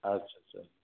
आदसा सा